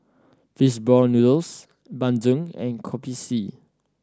fish ball noodles bandung and Kopi C